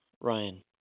Ryan